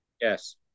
Yes